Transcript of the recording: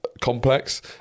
complex